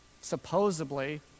Supposedly